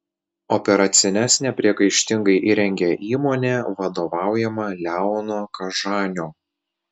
operacines nepriekaištingai įrengė įmonė vadovaujama leono kažanio